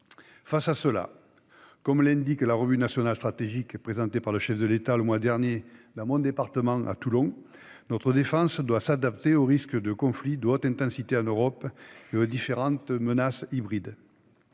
Face à cela, comme l'indique la revue nationale stratégique présentée par le chef de l'État le mois dernier dans mon département, à Toulon, notre défense doit s'adapter au risque de conflit de haute intensité en Europe, et aux différentes menaces hybrides.